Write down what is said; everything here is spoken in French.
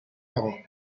parents